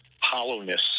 hollowness